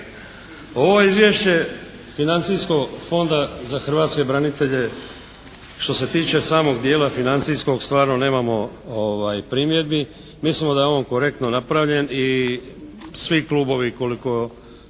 Ovo izvješće financijsko onda za hrvatske branitelje što se tiče samog dijela financijskog stvarno nemamo primjedbi. Mislimo da je on korektno napravljen i svi klubovi koliko